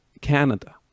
Canada